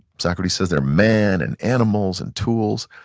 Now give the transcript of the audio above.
socrates say's they're men and animals and tools,